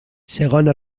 segona